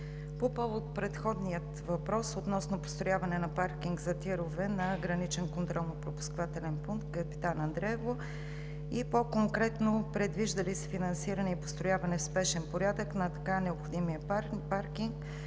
По повод предходния въпрос относно построяване на паркинг за тирове на Граничен контролно-пропускателен пункт „Капитан Андреево“, и по-конкретно предвижда ли се финансиране и построяване в спешен порядък на така необходимия паркинг,